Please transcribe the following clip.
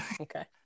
Okay